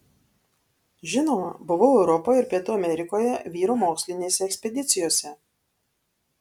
žinoma buvau europoje ir pietų amerikoje vyro mokslinėse ekspedicijose